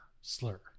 slur